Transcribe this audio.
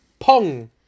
Pong